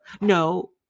No